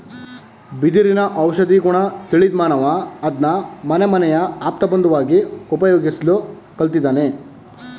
ಬಿದಿರಿನ ಔಷಧೀಗುಣ ತಿಳಿದ್ಮಾನವ ಅದ್ನ ಮನೆಮನೆಯ ಆಪ್ತಬಂಧುವಾಗಿ ಉಪಯೋಗಿಸ್ಲು ಕಲ್ತಿದ್ದಾನೆ